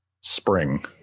spring